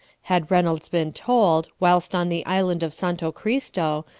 had re molds been told, whilst on the island of santo cristo,